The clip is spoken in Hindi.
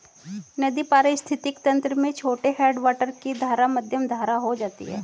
नदी पारिस्थितिक तंत्र में छोटे हैडवाटर की धारा मध्यम धारा हो जाती है